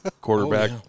quarterback